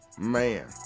man